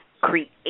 create